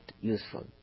useful